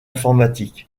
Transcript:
informatique